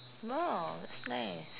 oh that's nice